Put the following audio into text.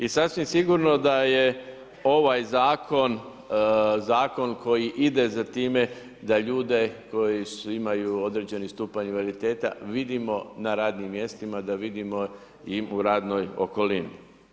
I sasvim sigurno da je ovaj Zakon, Zakon koji ide za time da ljude koji imaju određeni stupanj invaliditeta vidimo na radnim mjestima, da vidimo u radnoj okolini.